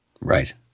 Right